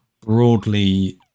broadly